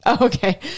Okay